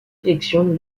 élections